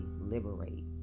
liberate